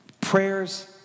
prayers